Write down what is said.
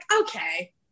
okay